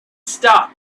stop